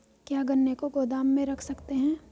क्या गन्ने को गोदाम में रख सकते हैं?